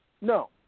no